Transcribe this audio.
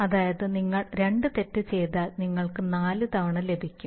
അതായത് നിങ്ങൾ 2 തെറ്റ് ചെയ്താൽ നിങ്ങൾക്ക് നാല് തവണ ലഭിക്കും